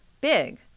big